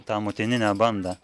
tą motininę bandą